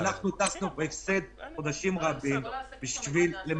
את כל העסקים המדינה סגרה.